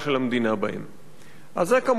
אז זה כמובן מצב לא אפשרי,